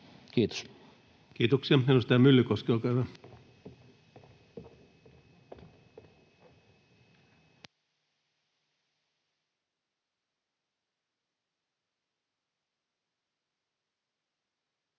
Kiitos. Kiitoksia. — Edustaja Myllykoski, olkaa hyvä. Arvoisa